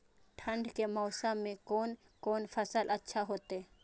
ठंड के मौसम में कोन कोन फसल अच्छा होते?